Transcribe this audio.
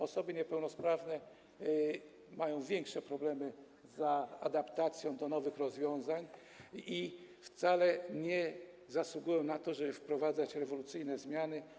Osoby niepełnosprawne mają większe problemy z adaptacją do nowych rozwiązań i wcale nie zasługują na to, żeby wprowadzać rewolucyjne zmiany.